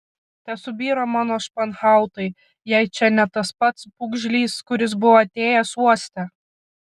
tesubyra mano španhautai jei čia ne tas pats pūgžlys kuris buvo atėjęs uoste